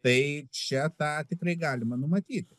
tai čia tą tikrai galima numatyt